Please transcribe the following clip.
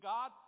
God